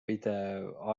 pidev